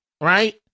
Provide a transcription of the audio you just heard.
right